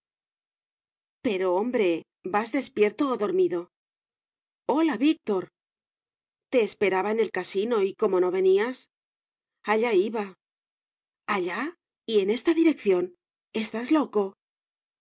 pero hombre vas despierto o dormido hola víctor te esperaba en el casino y como no venías allá iba allá y en esta dirección estás loco